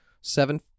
seven